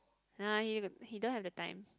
nah he got he don't have the time